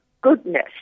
goodness